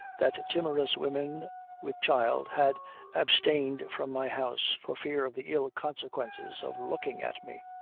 that timorous women with child had abstained from my house, for fear of the ill consequences of looking at me.